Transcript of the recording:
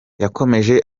yakomeje